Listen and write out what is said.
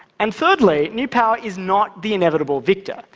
and thirdly, new power is not the inevitable victor.